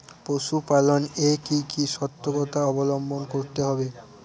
পশুপালন এ কি কি সর্তকতা অবলম্বন করতে হবে?